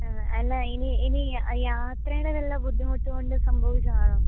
അല്ല ഇനി ഇനി യാത്രയുടെ വല്ല ബുദ്ധിമുട്ട് കൊണ്ട് സംഭവിച്ചതാണോ